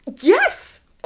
yes